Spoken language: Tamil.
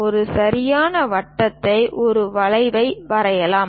ஒரு சரியான வட்டத்தை ஒரு வளைவை வரையலாம்